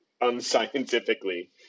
unscientifically